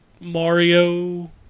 Mario